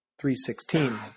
3.16